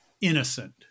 innocent